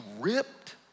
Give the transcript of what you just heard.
ripped